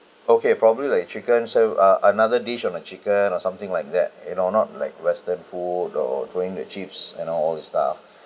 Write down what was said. okay probably like chicken sav~ uh another dish on a chicken or something like that and are not like western food or throwing the chips and all the stuff